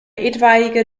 etwaige